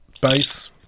base